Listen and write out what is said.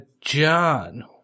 John